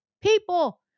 people